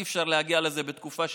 אי-אפשר להגיע לזה בתקופה סבירה.